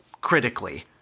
critically